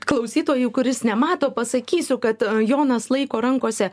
klausytojų kuris nemato pasakysiu kad jonas laiko rankose